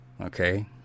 Okay